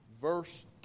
Verse